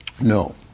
No